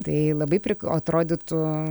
tai labai prik atrodytų